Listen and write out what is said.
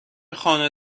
خانه